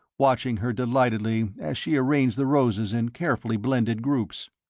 watching her delightedly as she arranged the roses in carefully blended groups.